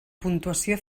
puntuació